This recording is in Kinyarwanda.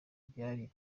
byari